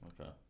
Okay